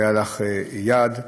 והיה לך יעד,